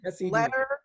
letter